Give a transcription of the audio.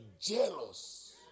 jealous